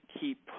keep